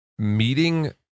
Meeting